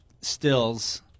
stills